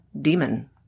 demon